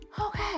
Okay